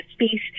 space